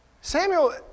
Samuel